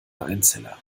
einzeller